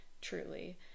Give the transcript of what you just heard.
truly